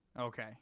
Okay